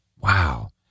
wow